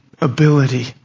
ability